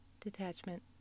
Detachment